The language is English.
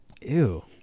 Ew